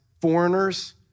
foreigners